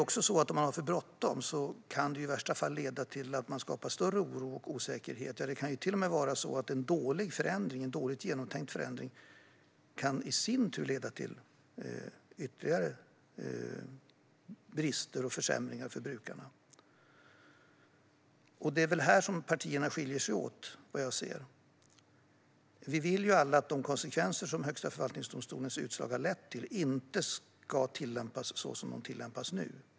Om man har för bråttom kan det i värsta fall leda till att man skapar större oro och osäkerhet, och det kan till och med vara så att en dåligt genomtänkt förändring i sin tur kan leda till ytterligare brister och försämringar för brukarna. Det är väl här partierna skiljer sig åt, vad jag kan se. Vi vill ju alla att de konsekvenser som Högsta förvaltningsdomstolens utsagor har lett till inte ska se ut som de gör nu.